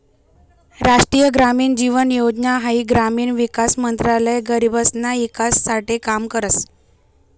राष्ट्रीय ग्रामीण जीवन योजना हाई ग्रामीण विकास मंत्रालय गरीबसना ईकास साठे काम करस